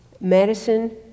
medicine